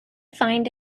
find